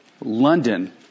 London